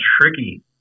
tricky